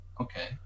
Okay